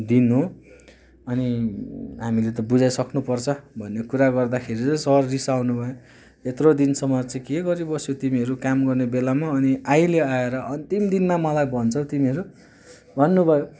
दिन हो अनि हामीले त बुझाइसक्नु पर्छ भन्ने कुरा गर्दाखेरि चाहिँ सर रिसाउनु भयो यत्रो दिनसम्म चाहिँ के गरिबस्यौ तिमीहरू काम गर्ने बेलामा अनि अहिले आएर अन्तिम दिनमा मलाई भन्छौ तिमीहरू भन्नुभयो